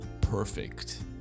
perfect